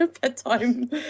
bedtime